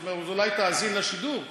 אז הוא אומר: אולי תאזין לשידור.